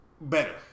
Better